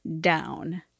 down